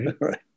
right